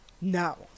No